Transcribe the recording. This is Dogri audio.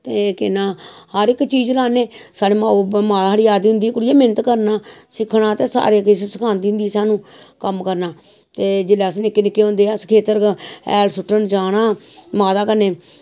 ते केह् नां हर इक चीज़ लान्ने साढ़े मां साढ़ी आखदी होंदी ही कुड़िये मेह्नत करना सिक्खना ते सारा किश सखांदी हेंदी ही सानूं कम्म करना ते जिसलै अस निक्के निक्के होंदे हे खेत्तर हैल सुट्टना जाना माता कन्नै